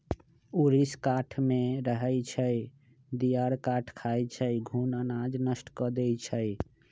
ऊरीस काठमे रहै छइ, दियार काठ खाई छइ, घुन अनाज नष्ट कऽ देइ छइ